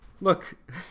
look